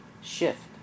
shift